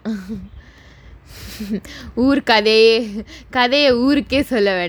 ஊர் கதையே:oor kathaiyae கதைய ஊருக்கே சொல்ல வேண்டாம்:kathaya oorukkae solla vendaam